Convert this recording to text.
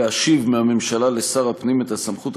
להשיב מהממשלה לשר הפנים את הסמכות,